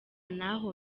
naho